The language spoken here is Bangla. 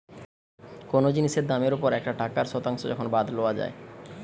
কোনো জিনিসের দামের ওপর একটা টাকার শতাংশ যখন বাদ লওয়া যাই